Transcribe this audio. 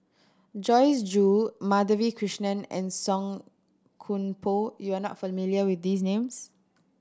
Joyce Jue Madhavi Krishnan and Song Koon Poh you are not familiar with these names